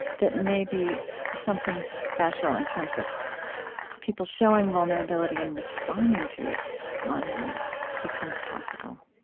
that maybe something special in terms of people showing vulnerability and responding to it online becomes possible?